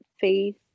faith